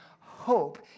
hope